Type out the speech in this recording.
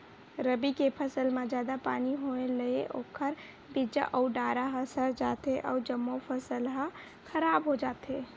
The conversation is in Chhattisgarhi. रबी के फसल म जादा पानी होए ले ओखर बीजा अउ डारा ह सर जाथे अउ जम्मो फसल ह खराब हो जाथे